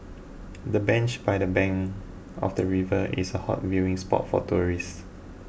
the bench by the bank of the river is a hot viewing spot for tourists